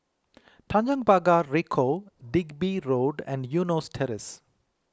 Tanjong Pagar Ricoh Digby Road and Eunos Terrace